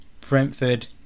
Brentford